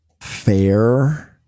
fair